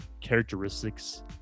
characteristics